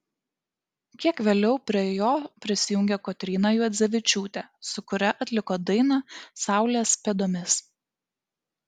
kiek vėliau prie jo prisijungė kotryna juodzevičiūtė su kuria atliko dainą saulės pėdomis